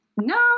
no